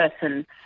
person